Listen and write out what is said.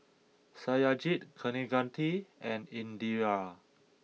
Satyajit Kaneganti and Indira